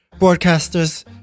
broadcasters